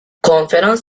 konferans